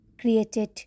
Created